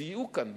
סייעו כאן,